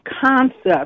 concept